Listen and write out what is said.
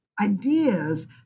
ideas